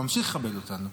ממשיך לכבד אותנו.